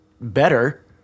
better